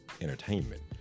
entertainment